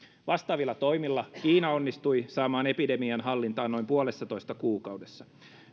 vastaavilla toimilla kiina onnistui saamaan epidemian hallintaan noin puolessatoista kuukaudessa